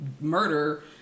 murder